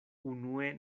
unue